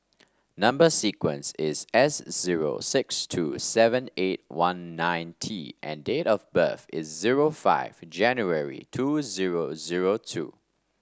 number sequence is S zero six two seven eight one nine T and date of birth is zero five January two zero zero two